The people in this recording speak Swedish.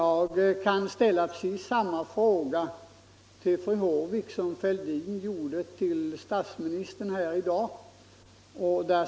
Jag kan ställa precis samma fråga till fru Håvik som herr Fälldin ställde till statsmi Nr 134 nistern i dag.